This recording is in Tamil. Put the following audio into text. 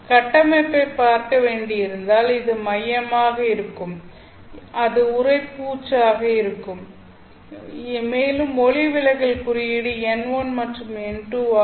கட்டமைப்பைப் பார்க்க வேண்டியிருந்தால் இது மையமாக இருக்கும் அது உறைப்பூச்சாக இருக்கும் மேலும் ஒளிவிலகல் குறியீடு n1 மற்றும் n2 ஆகும்